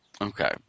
Okay